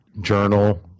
journal